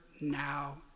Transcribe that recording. now